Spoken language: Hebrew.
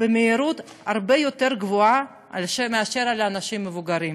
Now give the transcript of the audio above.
במהירות רבה יותר מאשר על אנשים מבוגרים.